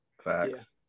Facts